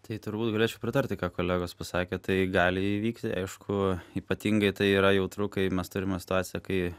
tai turbūt galėčiau pritarti ką kolegos pasakė tai gali įvykti aišku ypatingai tai yra jautru kai mes turime situaciją kai